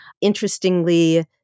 Interestingly